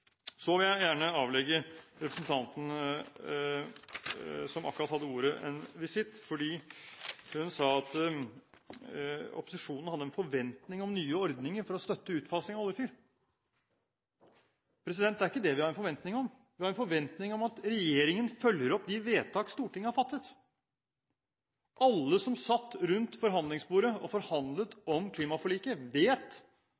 Så vil jeg gjerne avlegge representanten som akkurat hadde ordet, en visitt. Hun sa at opposisjonen har en forventning om nye ordninger for å støtte utfasing av oljefyr. Det er ikke det vi har en forventning om. Vi har en forventning om at regjeringen følger opp de vedtak Stortinget har fattet. Alle som satt rundt forhandlingsbordet og